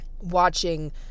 watching